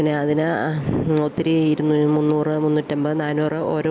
പിന്നെ അതിന് ഒത്തിരി ഇരുന്നൂറ് മുന്നൂറ് മുന്നൂറ്റി അൻപത് നാന്നൂറ് ഓരോ